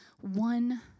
one